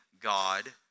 God